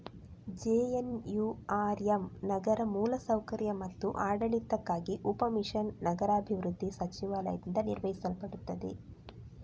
JNURM ನಗರ ಮೂಲ ಸೌಕರ್ಯ ಮತ್ತು ಆಡಳಿತಕ್ಕಾಗಿ ಉಪ ಮಿಷನ್ ನಗರಾಭಿವೃದ್ಧಿ ಸಚಿವಾಲಯದಿಂದ ನಿರ್ವಹಿಸಲ್ಪಡುತ್ತದೆ